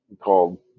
called